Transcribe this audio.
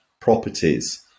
properties